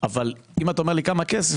אבל אם אתה אומר לי כמה כסף,